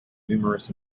numerous